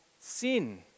sin